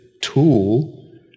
tool